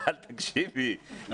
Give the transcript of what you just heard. אבל תקשיבי,